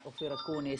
אופיר אקוניס.